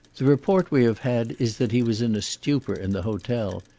the report we have had is that he was in a stupor in the hotel,